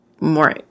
more